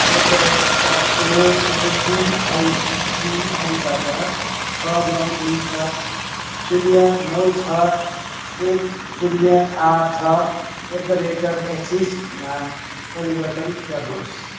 at the rate ओकेसिआइसिआइबाट छ नौ दुई पाँच शून्य नौ छ एक शून्य आठ छ एट द रेट अब् एक्सिसमा परिवर्तन गर्नु होस्